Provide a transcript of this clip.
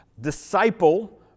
disciple